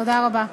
תודה רבה.